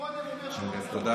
תודה